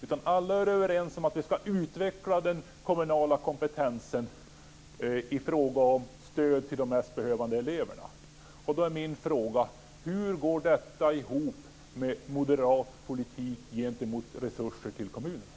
Vi är alla överens om att vi ska utveckla den kommunala kompetensen i fråga om stöd till de mest behövande eleverna.